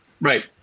Right